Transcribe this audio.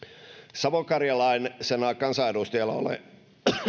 savokarjalaisena kansanedustajana